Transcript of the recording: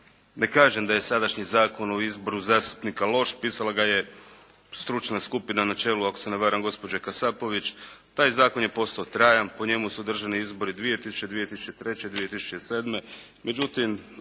Ne kažem da je sadašnji Zakon o izboru zastupnika loš, pisala ga je stručna skupina na čelu ako se ne varam gospođe Kasapović. Taj zakon je postao trajan, po njemu su održani izbori 2000., 2003., 2007.